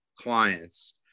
clients